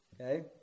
Okay